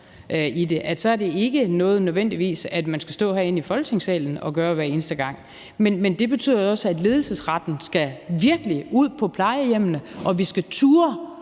at det så ikke nødvendigvis er noget, man skal stå herinde i Folketingssalen og gøre hver eneste gang. Men det betyder jo også, at ledelsesretten virkelig skal ud på plejehjemmene, og at vi skal turde